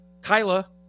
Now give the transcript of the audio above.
Kyla